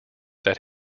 that